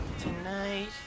tonight